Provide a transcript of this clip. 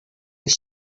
així